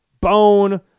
bone